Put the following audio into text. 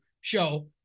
show